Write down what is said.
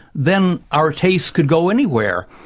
then our tastes could go anywhere.